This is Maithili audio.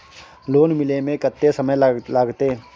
लोन मिले में कत्ते समय लागते?